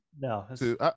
No